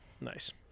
nice